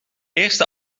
eerste